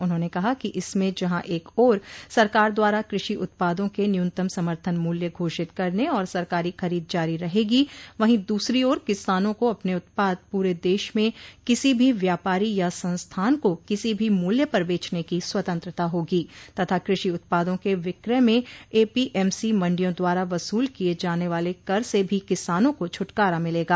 उन्होंने कहा कि इसम जहां एक ओर सरकार द्वारा कृषि उत्पादों के न्यूनतम समर्थन मूल्य घाषित करने और सरकारी खरीद जारी रहेगी वहीं दूसरी ओर किसानों को अपने उत्पाद प्ररे देश में किसी भी व्यापारी या संस्थान को किसी भी मूल्य पर बेचने की स्वतंत्रता होगी तथा कृषि उत्पादों के विक्रय में एपीएमसी मंडियों द्वारा वसूल किये जाने वाले कर से भी किसानों को छुटकारा मिलेगा